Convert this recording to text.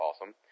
awesome